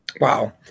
Wow